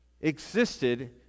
existed